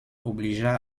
obligea